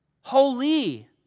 holy